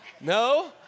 No